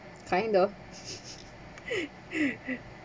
kind of